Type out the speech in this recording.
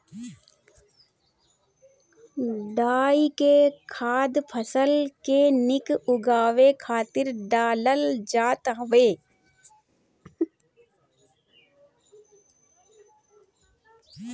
डाई के खाद फसल के निक उगावे खातिर डालल जात हवे